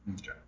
Okay